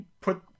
put